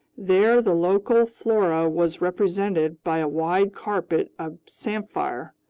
there the local flora was represented by a wide carpet of samphire,